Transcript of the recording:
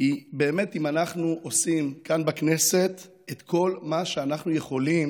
היא אם אנחנו באמת עושים כאן בכנסת את כל מה שאנחנו יכולים